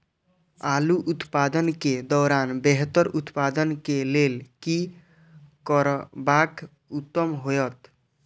आलू उत्पादन के दौरान बेहतर उत्पादन के लेल की करबाक उत्तम होयत?